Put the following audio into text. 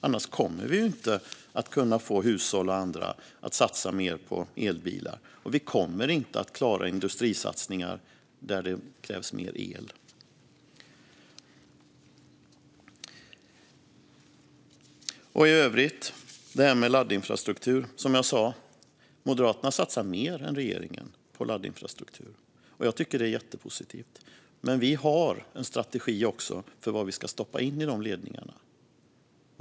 Annars kommer vi inte att kunna få hushåll och andra att satsa mer på elbilar. Och vi kommer inte att kunna klara industrisatsningar där det krävs mer el. I övrigt satsar Moderaterna mer än regeringen på laddinfrastruktur. Det är jättepositivt. Men vi har också en strategi för vad vi ska stoppa in i de ledningarna.